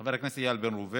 חבר הכנסת איל בן ראובן,